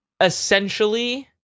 essentially